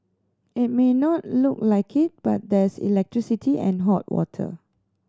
it may not look like it but there's electricity and hot water